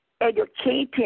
educating